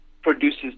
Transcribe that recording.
produces